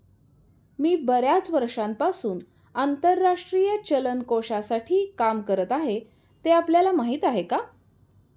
मी बर्याच वर्षांपासून आंतरराष्ट्रीय चलन कोशासाठी काम करत आहे, ते आपल्याला माहीत आहे का?